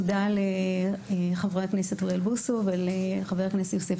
תודה לחבר הכנסת אוריאל בוסו ולחבר הכנסת יוסף